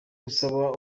gusaba